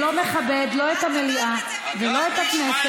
זה לא מכבד לא את המליאה ולא את הכנסת,